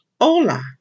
hola